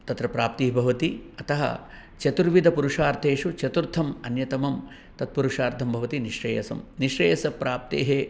तत्र प्राप्तिः भवति अतः चतुर्विदपुरुषार्थेषु चतुर्थम् अन्यतमं तत्पुरुषार्थं भवति निःश्रेयसं निःश्रेयसप्राप्तेः